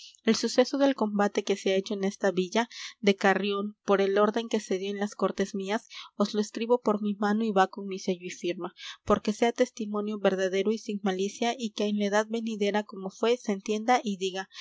el suceso del combate que se ha hecho en esa villa de carrión por el orden que se dió en las cortes mías os lo escribo por mi mano y va con mi sello y firma porque sea testimonio verdadero y sin malicia y que en la edad venidera cómo fué se entienda y diga